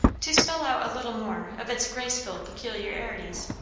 to spell out a little more of its graceful peculiarities.